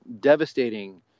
devastating